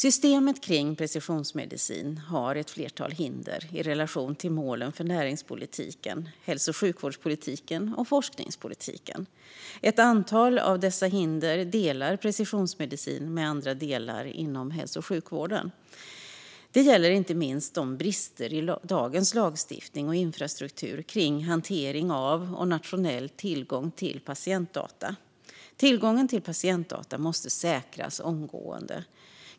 Systemet kring precisionsmedicin har ett flertal hinder i relation till målen för näringspolitiken, hälso och sjukvårdspolitiken och forskningspolitiken. Ett antal av dessa hinder delar precisionsmedicin med andra delar inom hälso och sjukvården. Det gäller inte minst brister i dagens lagstiftning och infrastruktur för hantering av och nationell tillgång till patientdata. Tillgången till patientdata måste säkras omgående.